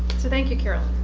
so thank you carrolyn